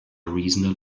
reason